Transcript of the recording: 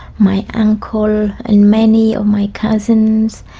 my uncle, and many of my cousins,